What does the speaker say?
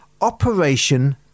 Operation